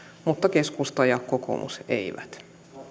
mutta keskusta ja kokoomus eivät